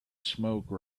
smoke